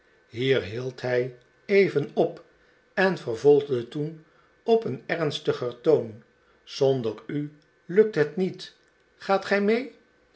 hier hield hij even op en vervolgde toen op een ernstiger toon zonder u lukt het niet gaat gij mee